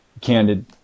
candid